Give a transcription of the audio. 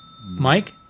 Mike